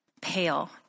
pale